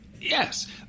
Yes